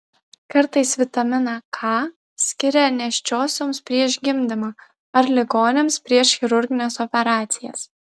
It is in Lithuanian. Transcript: kartais vitaminą k skiria nėščiosioms prieš gimdymą ar ligoniams prieš chirurgines operacijas